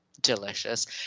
delicious